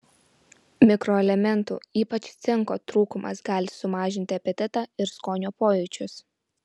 mikroelementų ypač cinko trūkumas gali sumažinti apetitą ir skonio pojūčius